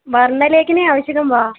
वर्णलेखनी आवश्यकी वा